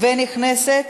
ונכנסת